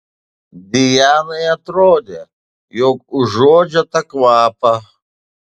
dianai atrodė jog užuodžia tą kvapą